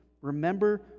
remember